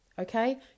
Okay